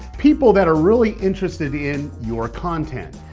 people that are really interested in your content.